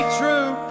true